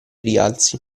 rialzi